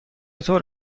طور